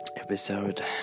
episode